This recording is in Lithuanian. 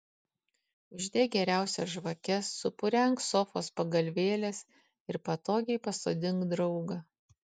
uždek geriausias žvakes supurenk sofos pagalvėles ir patogiai pasodink draugą